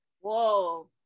Whoa